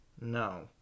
No